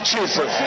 Jesus